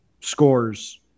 scores